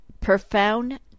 profound